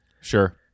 Sure